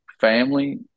family